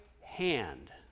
hand